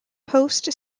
post